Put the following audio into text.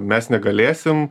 mes negalėsim